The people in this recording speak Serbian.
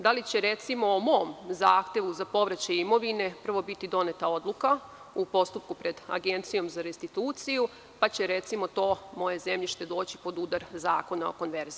Da li će recimo o mom zahtevu za povraćaj imovine prvo biti doneta odluka u postupku pred Agencijom za restituciju, pa će recimo to moje zemljište doći pod udar Zakona o konverziji?